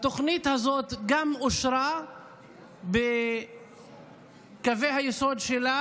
התוכנית הזאת גם אושרה בקווי היסוד שלה